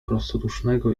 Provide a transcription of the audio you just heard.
prostodusznego